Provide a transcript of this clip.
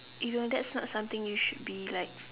you know that's not something you should be like